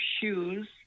shoes